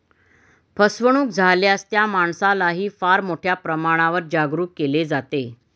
फसवणूक झाल्यास त्या माणसालाही फार मोठ्या प्रमाणावर जागरूक केले जाते